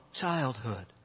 childhood